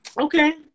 Okay